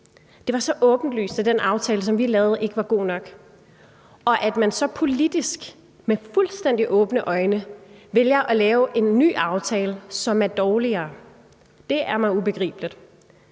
Det var så åbenlyst, at den aftale, som vi lavede, ikke var god nok. At man så politisk med fuldstændig åbne øjne vælger at lave en ny aftale, som er dårligere, er mig ubegribeligt.